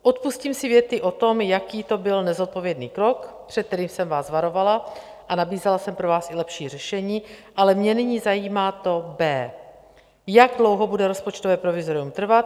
Odpustím si věty o tom, jaký to byl nezodpovědný krok, před kterým jsem vás varovala, a nabízela jsem i pro vás lepší řešení, ale mě nyní zajímá to B: Jak dlouho bude rozpočtové provizorium trvat?